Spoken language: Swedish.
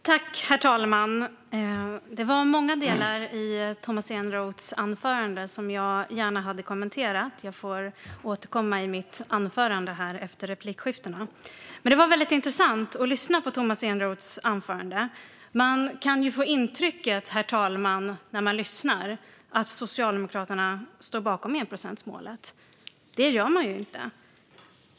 Herr talman! Det var många delar i Tomas Eneroths anförande som jag gärna hade kommenterat, men jag får återkomma i mitt anförande efter replikskiftena. Det var intressant att lyssna på Tomas Eneroths anförande. Vi kan ju få intrycket, herr talman, att Socialdemokraterna står bakom enprocentsmålet. Men det gör man inte.